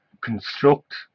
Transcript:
construct